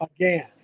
Again